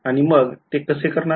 आणि मग ते कसे करणार